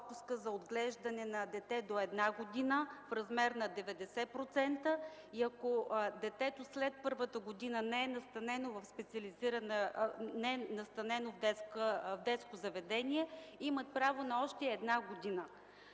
за отглеждане на дете до една година в размер на 90% и ако детето след първата година не е настанено в детско заведение, имат право още на една година.